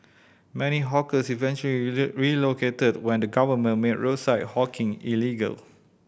many hawkers eventually relocated when the government made roadside hawking illegal